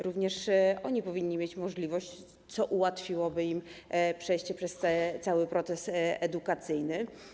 Również oni powinni mieć taką możliwość, co ułatwiłoby im przejście przez cały proces edukacyjny.